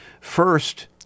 first